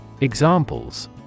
Examples